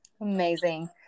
Amazing